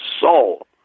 soul